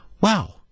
wow